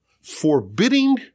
forbidding